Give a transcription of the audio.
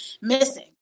missing